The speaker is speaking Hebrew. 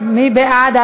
מי בעד?